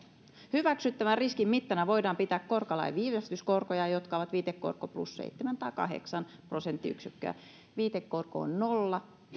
hyväksyttävän riskin mittana voidaan pitää korkolain viivästyskorkoja jotka ovat viitekorko plus seitsemän tai kahdeksan prosenttiyksikköä viitekorko on nolla